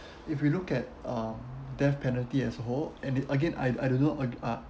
if we look at um death penalty as a whole and it again I I don't know uh uh